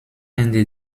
ende